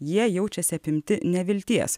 jie jaučiasi apimti nevilties